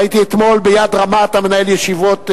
ראיתי אתמול, ביד רמה אתה מנהל ישיבות ועדה.